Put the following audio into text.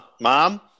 mom